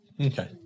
Okay